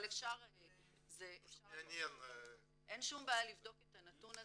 אבל אפשר --- אין שום בעיה לבדוק את הנתון הזה.